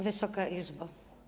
Wysoka Izbo!